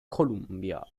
columbia